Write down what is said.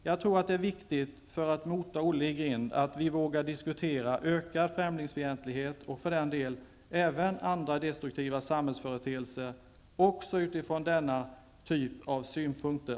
Jag tror att det är viktigt, för att ''mota Olle i grind'', att vi vågar diskutera ökad främlingsfientlighet, och för den delen även andra destruktiva samhällsföreteelser, också utifrån denna typ av synpunkter.